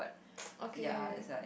ok